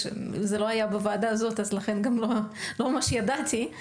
זה לא היה בוועדה הזאת ולכן גם לא ממש ידעתי,